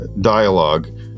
dialogue